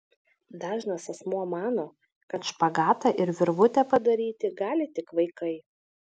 dažnas asmuo mano kad špagatą ir virvutę padaryti gali tik vaikai